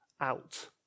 out